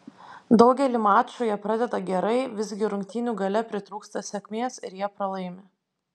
daugelį mačų jie pradeda gerai visgi rungtynių gale pritrūksta sėkmės ir jie pralaimi